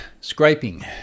scraping